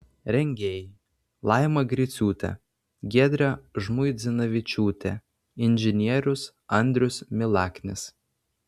rengėjai laima griciūtė giedrė žmuidzinavičiūtė inžinierius andrius milaknis